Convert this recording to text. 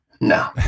no